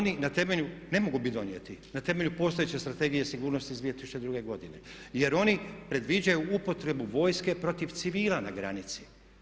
Ne, oni na temelju ne mogu biti donijeti na temelju postojeće Strategije sigurnosti iz 2002. godine, jer oni predviđaju upotrebu vojske protiv civila na granici.